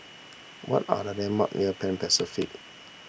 what are the landmarks near Pan Pacific